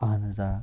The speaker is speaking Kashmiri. اہن حظ آ